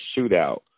shootout